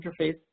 interface